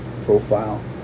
profile